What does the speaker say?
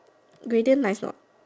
gradient nice or not